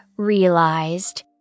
realized